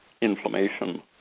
inflammation